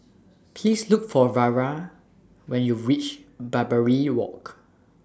Please Look For Vara when YOU REACH Barbary Walk